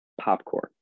popcorn